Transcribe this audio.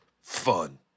fun